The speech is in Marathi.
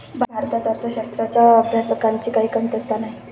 भारतात अर्थशास्त्राच्या अभ्यासकांची काही कमतरता नाही